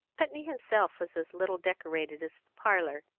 putney himself was as little decorated as the parlour.